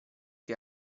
che